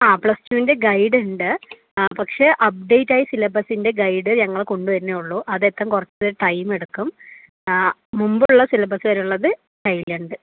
ആ പ്ലസ്ടുവിൻ്റെ ഗൈഡുണ്ട് പക്ഷെ അപ്ഡേറ്റായ സിലബസ്സിൻ്റെ ഗൈഡ് ഞങ്ങള് കൊണ്ട് വരുന്നതേ ഉള്ളു അതെത്താൻ കുറച്ചു ടൈമെടുക്കും മുമ്പുള്ള സിലബസ്സ് വരെയുള്ളത് കയ്യിലുണ്ട്